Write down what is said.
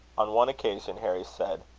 on one occasion harry said